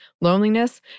loneliness